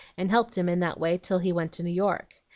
and helped him in that way till he went to new york.